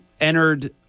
entered